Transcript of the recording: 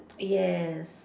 yes